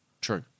True